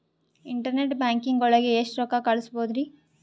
Internet banking ಒಳಗೆ ಎಷ್ಟ್ ರೊಕ್ಕ ಕಲ್ಸ್ಬೋದ್ ರಿ?